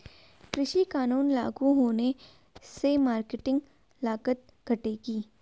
कृषि कानून लागू होने से मार्केटिंग लागत घटेगी